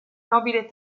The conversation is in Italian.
nobile